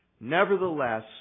Nevertheless